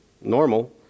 normal